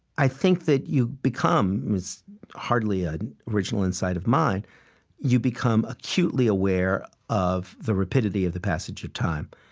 i think that you become this is hardly an original insight of mine you become acutely aware of the rapidity of the passage of time.